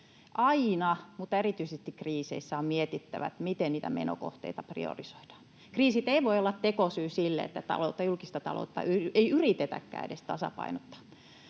Aina mutta erityisesti kriiseissä on mietittävä, miten niitä menokohteita priorisoidaan. Kriisit eivät voi olla tekosyy sille, että julkista taloutta ei edes yritetäkään tasapainottaa.